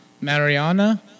Mariana